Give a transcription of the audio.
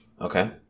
Okay